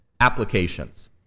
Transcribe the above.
applications